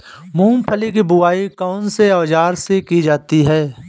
मूंगफली की बुआई कौनसे औज़ार से की जाती है?